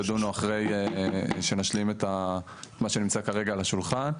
וידונו אחרי שנשלים את מה שנמצא כרגע על השולחן.